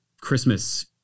Christmas